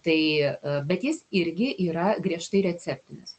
tai bet jis irgi yra griežtai receptinis